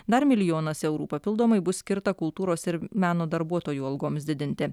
dar milijonas eurų papildomai bus skirta kultūros ir meno darbuotojų algoms didinti